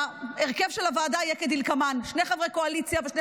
שההרכב של הוועדה יהיה כדלקמן: שני חברי קואליציה ושני